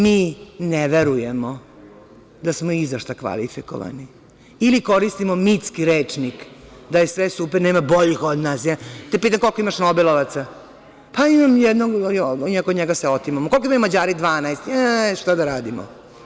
Mi ne verujemo da smo i za šta kvalifikovani ili koristimo mitski rečnik da je sve super, nema boljih od nas, pa te pita koliko imaš nobelovaca, pa imam jednog ili oko njega se otimamo, koliko vi Mađari - 12, pa šta da radimo?